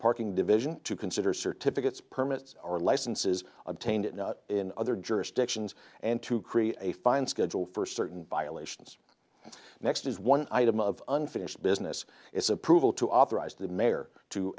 parking division to consider certificates permits or licenses obtained in other jurisdictions and to create a fine schedule for certain violations next is one item of unfinished business its approval to authorize the mayor to